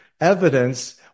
evidence